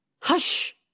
Hush